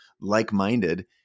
like-minded